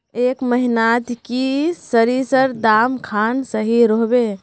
ए महीनात की सरिसर दाम खान सही रोहवे?